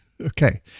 Okay